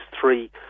three